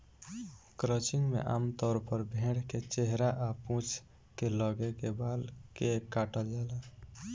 crutching में आमतौर पर भेड़ के चेहरा आ पूंछ के लगे के बाल के काटल जाला